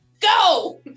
Go